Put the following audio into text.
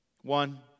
One